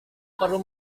perlu